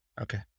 Okay